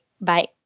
bye